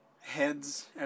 heads